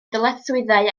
dyletswyddau